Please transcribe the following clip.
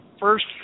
first